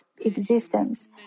existence